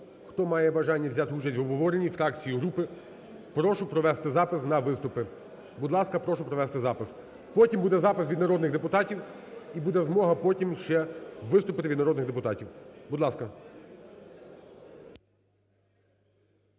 Хто має бажання взяти участь в обговоренні, фракції і групи? Прошу провести запис на виступи. Будь ласка, прошу провести запис. Потім буде запис від народних депутатів і буде змога потім ще виступити від народних депутатів, будь ласка.